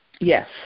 Yes